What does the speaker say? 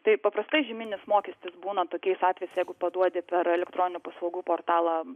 tai paprastai žyminis mokestis būna tokiais atvejais jeigu paduodi per elektroninių paslaugų portalą